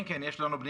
כן, כן, יש לנו פניות.